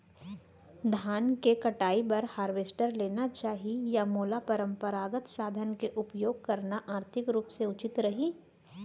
धान के कटाई बर हारवेस्टर लेना चाही या मोला परम्परागत संसाधन के उपयोग करना आर्थिक रूप से उचित रही?